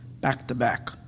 back-to-back